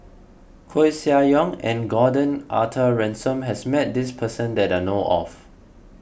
Koeh Sia Yong and Gordon Arthur Ransome has met this person that I know of